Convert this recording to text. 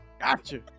Gotcha